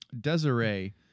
Desiree